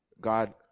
God